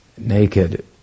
naked